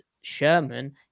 Sherman